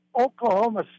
Oklahoma